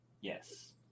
Yes